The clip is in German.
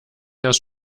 erst